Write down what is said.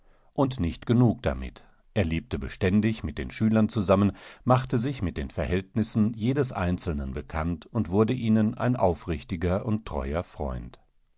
und nicht genug damit er lebte beständig mit den schülern zusammen machte sich mit den verhältnissen jedes einzelnen bekannt und wurdeihneneinaufrichtigerundtreuerfreund undwievieleschülerströmtennichtgleichvonanfanganherbei